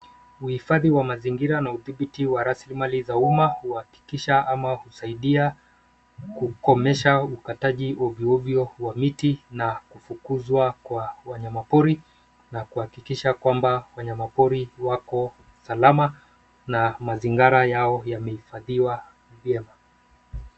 Uhifadhi wa mazingira na udhibiti wa rasilimali za umma huhakikisha ama husaidia kukomesha ukataji ovyo ovyo wa miti na kufukuzwa kwa wanyamapori na kuhakikisha kwamba wanyamapori wako salama na mazingara yao yamehifadhiwa vyema.